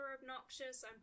obnoxious